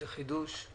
חידוש.